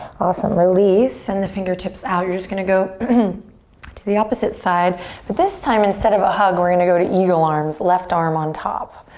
awesome, release. send the fingertips out. you're just gonna go to the opposite side but this time instead of a hug we're gonna to eagle arms, left arm on top.